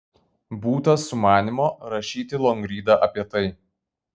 būta sumanymo rašyti longrydą apie tai